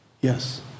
Yes